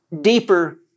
deeper